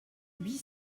huit